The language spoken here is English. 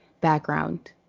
background